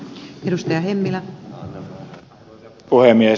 arvoisa puhemies